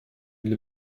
для